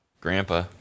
Grandpa